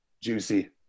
juicy